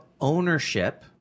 ownership